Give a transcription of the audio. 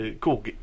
Cool